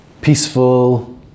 peaceful